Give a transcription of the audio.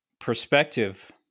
perspective